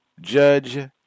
judge